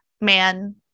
man